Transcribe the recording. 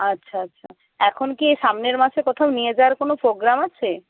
আচ্ছা আচ্ছা এখন কি সামনের মাসে কোথাও নিয়ে যাওয়ার কোনো প্রোগ্রাম আছে